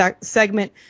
segment